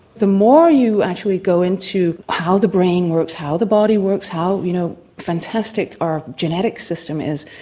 the more you actually go into how the brain works, how the body works, how you know fantastic our genetic system is,